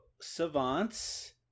savants